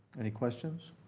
any questions?